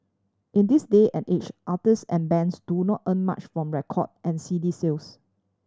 in this day and age artist and bands do not earn much from record and C D sales